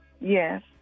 Yes